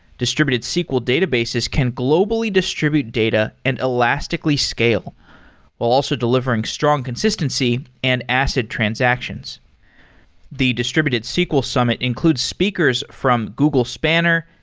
distributed sql databases can globally distribute data and elastically scale while also delivering strong consistency and acid transactions the distributed sql summit includes speakers from google spanner,